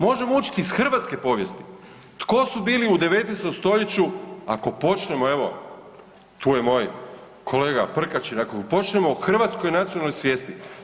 Možemo učiti iz hrvatske povijesti, tko su bili u 19. st., ako počnemo evo, tu je moj kolega Prkačin, ako počnemo o hrvatskoj nacionalnoj svijesti.